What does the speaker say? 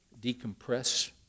decompress